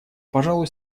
пожалуй